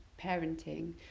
parenting